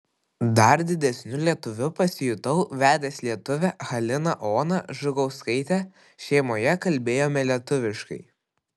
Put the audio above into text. dar didesniu lietuviu pasijutau vedęs lietuvę haliną oną žukauskaitę šeimoje kalbėjome lietuviškai